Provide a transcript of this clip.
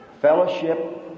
fellowship